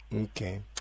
okay